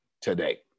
today